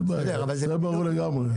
זה ברור לגמרי.